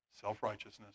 self-righteousness